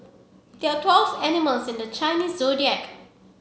there are twelve animals in the Chinese Zodiac